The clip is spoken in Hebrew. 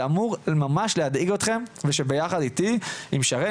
זה אמור ממש להדאיג אתכם ושביחד איתי ועם שרן